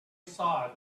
saw